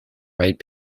right